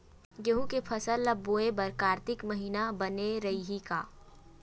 गेहूं के फसल ल बोय बर कातिक महिना बने रहि का?